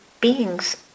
beings